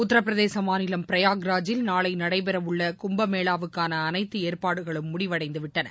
உத்தரபிரதேசமாநிலம் பிரயாக்ராஜில் நாளைநடைபெறவுள்ளகும்பமேளாவுக்கானஅனைத்துஏற்பாடுகளும் முடிவடைந்துவிட்டன